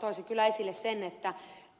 toisin kyllä esille sen että